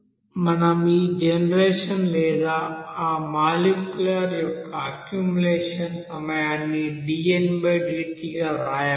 మనం ఈ జనరేషన్ లేదా ఆ మాలిక్యూల్ యొక్క అక్యుములేషన్ సమయాన్ని dndt గా వ్రాయవచ్చు